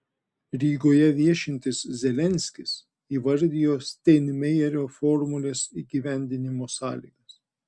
rygoje viešintis zelenskis įvardijo steinmeierio formulės įgyvendinimo sąlygas